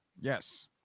yes